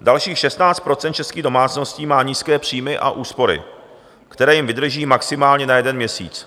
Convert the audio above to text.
Dalších 16 % českých domácností má nízké příjmy a úspory, které jim vydrží maximálně na jeden měsíc.